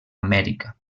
amèrica